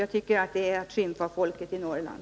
Jag tycker att det är att skymfa folket i Norrland.